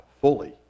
fully